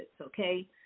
okay